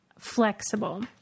flexible